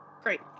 Great